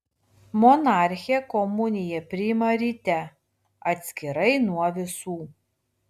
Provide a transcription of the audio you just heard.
monarchė komuniją priima ryte atskirai nuo visų